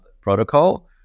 protocol